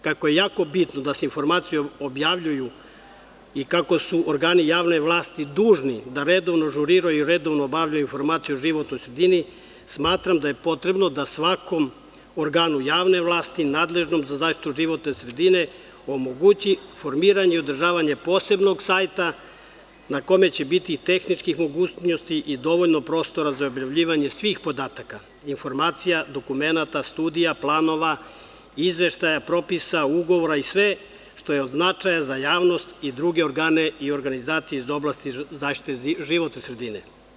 Kako je jako bitno da se informacije objavljuju i kako su organi javne vlasti dužni da redovno ažuriraju, redovno objavljuju informacije o životnoj sredini, smatram da je potrebno da svakom organu javne vlasti, nadležnom za zaštitu životne sredine, omogući formiranje i održavanje posebnog sajta na kome će biti tehničkih mogućnosti i dovoljno prostora za objavljivanje svih podataka, informacija, dokumenata, studija, planova, izveštaja, propisa, ugovora i sve što je od značaja za javnost i druge organe i organizacije iz oblasti zaštite životne sredine.